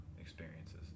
experiences